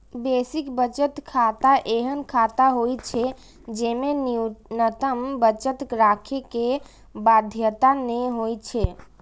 basic बचत खाता एहन खाता होइ छै, जेमे न्यूनतम बचत राखै के बाध्यता नै होइ छै